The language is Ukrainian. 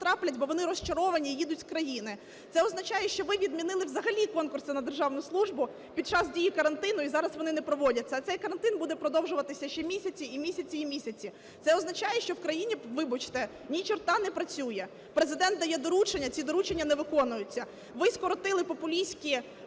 ви відмінили взагалі конкурси на державну службу під час дії карантину, і зараз вони не проводяться. А цей карантин буде продовжуватися ще місяці і місяці, і місяці. Це означає, що в країні, вибачте, ні чорта не працює. Президент дає доручення, ці доручення не виконуються. Ви скоротили популістськи